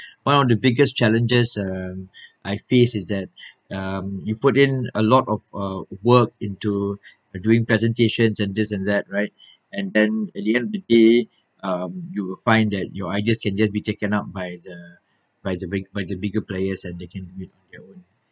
on of the biggest challenges um I face is that um you put in a lot of uh work into doing presentations and this and that right and then at the end of the day um you will find that your ideas can just be taken up by the by the big~ by the bigger players and they can make their own